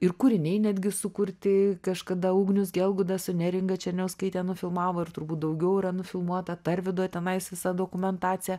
ir kūriniai netgi sukurti kažkada ugnius gelgauda su neringa černiauskaite nufilmavo ir turbūt daugiau yra nufilmuota tarvydo tenais visa dokumentacija